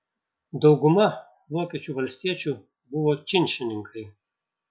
dauguma vokiečių valstiečių buvo činšininkai